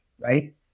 right